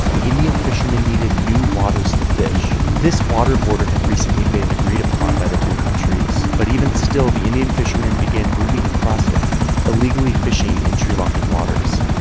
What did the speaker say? the indian fishermen needed new waters to fish. this water border had recently been agreed upon by the two countries, but even still the indian fishermen began moving across it illegally fishing in sri lankan waters.